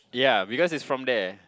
ya because it's from there